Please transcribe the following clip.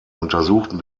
untersuchten